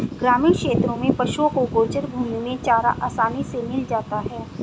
ग्रामीण क्षेत्रों में पशुओं को गोचर भूमि में चारा आसानी से मिल जाता है